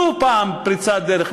עשו פעם פריצת דרך,